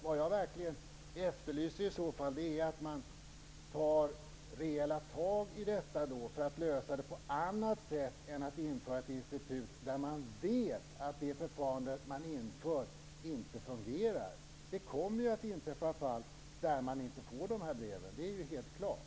Vad jag verkligen efterlyser är att man tar rejäla tag i detta för att lösa det på annat sätt än genom att införa ett institut där man vet att det förfarande man inför inte fungerar. Det kommer att inträffa fall då man inte får de här breven; det är ju helt klart.